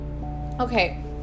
okay